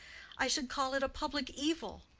i should call it a public evil.